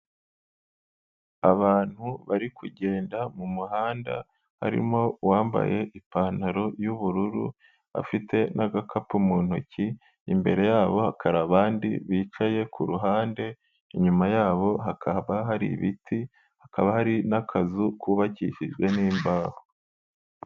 Abantu bari kugenda mu muhanda, harimo uwambaye ipantaro y'ubururu afite n'agakapu mu ntoki, imbere yabo hakaba abandi bicaye kuruhande, inyuma yabo hakaba hari ibiti, hakaba hari n'akazu kubakishijwe n'imbaho.